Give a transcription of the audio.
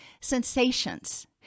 sensations